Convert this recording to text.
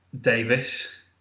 Davis